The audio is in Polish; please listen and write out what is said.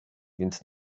więc